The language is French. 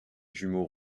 jumeaux